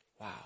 Wow